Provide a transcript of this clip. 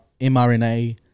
MRNA